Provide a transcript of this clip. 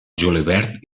julivert